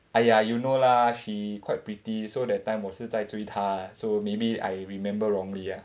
!aiya! you know lah she quite pretty so that time 我是在追她 so maybe I remember wrongly ah